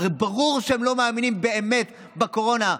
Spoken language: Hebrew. הרי ברור שהם לא מאמינים באמת בקורונה.